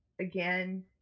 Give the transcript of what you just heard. Again